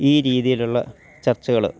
ഈ രീതിയിലുള്ള ചർച്ചകൾ